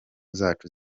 zacu